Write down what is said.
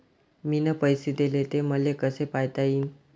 मिन पैसे देले, ते मले कसे पायता येईन?